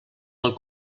pel